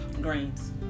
greens